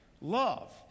love